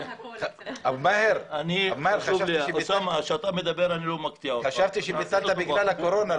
חשבתי שביטלת בגלל הקורונה.